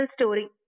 story